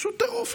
פשוט טירוף.